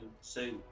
say